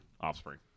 offspring